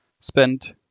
spent